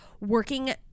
working